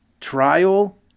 Trial